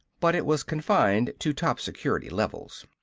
but it was confined to top-security levels.